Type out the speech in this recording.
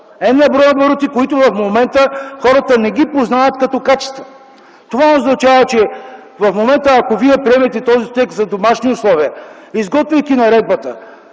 n-броя барути, които в момента хората не ги познават като качества. Това означава, че ако вие приемате този текст за „домашни условия”, изготвяйки наредбата,